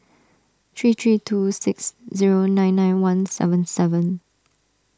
three three two six zero nine nine one seven seven